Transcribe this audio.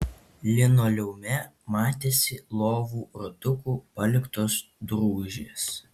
linoleume matėsi lovų ratukų paliktos drūžės